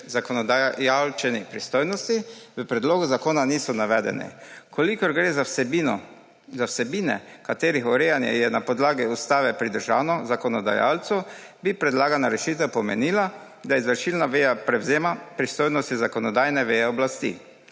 zakonodajalčevi pristojnosti, v predlogu zakona niso navedeni. Če gre za vsebine, katerih urejanje je na podlagi ustave pridržano zakonodajalcu, bi predlagana rešitev pomenila, da izvršilna veja prevzema pristojnosti zakonodajne veje oblasti.